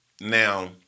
now